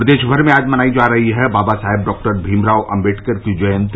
प्रदेश भर में आज मनाई जा रही है बाबा साहेब डॉक्टर भीमराव आम्बेडकर की जयंती